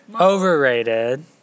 overrated